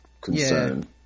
concern